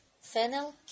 fennel